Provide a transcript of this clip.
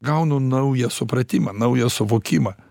gaunu naują supratimą naują suvokimą